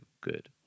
good